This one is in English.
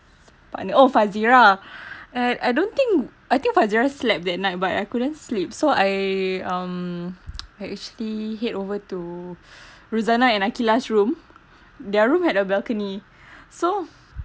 partner oh fazira and I don't think I think fazira slept that night but I couldn't sleep so I um actually head over to rozana and akila's room their room had a balcony so